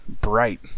Bright